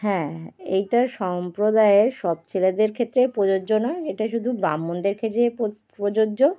হ্যাঁ এটা সম্প্রদায়ের সব ছেলেদের ক্ষেত্রেই প্রযোজ্য নয় এটা শুধু ব্রাহ্মণদের ক্ষেত্রেই প্রযোজ্য